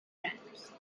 ants